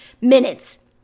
minutes